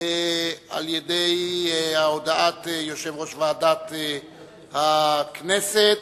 על-ידי הודעת יושב-ראש ועדת הכנסת.